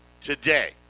today